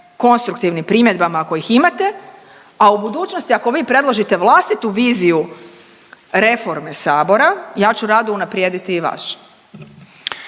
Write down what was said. konstruktivnim primjedbama, ako ih imate, a u budućnosti ako vi predložite vlastitu viziju reforme sabora, ja ću rado unaprijediti i vaš.